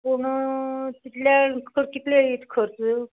पूण तितल्या कितले येयीत खर्च